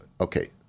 okay